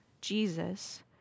Jesus